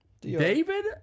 david